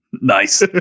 Nice